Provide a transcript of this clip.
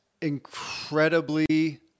incredibly